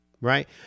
Right